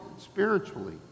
spiritually